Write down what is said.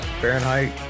Fahrenheit